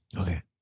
Okay